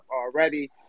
already